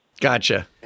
Gotcha